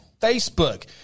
Facebook